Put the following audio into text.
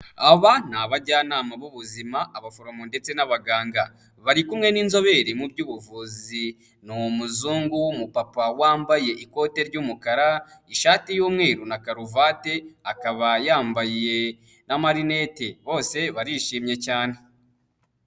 Aba ni abajyanama b'ubuzima, abaforomo ndetse n'abaganga, bari kumwe n'inzobere mu by'ubuvuzi, ni umuzungu w'umupapa wambaye ikote ry'umukara, ishati y'umweru na karuvati, akaba yambaye n'amarinete, bose barishimye cyane.